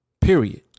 Period